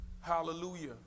Hallelujah